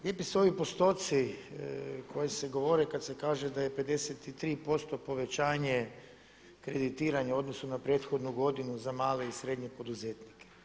Lijepi su ovi postoci koji se govore kada se kaže da je 53% povećanje kreditiranja u odnosu na prethodnu godinu za male i srednje poduzetnike.